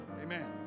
Amen